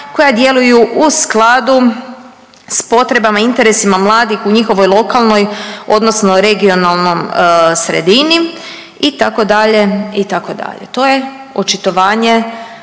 koja djeluju u skladu s potrebama, interesima mladih u njihovoj lokalnoj odnosno regionalnom sredini, itd., itd. To je očitovanje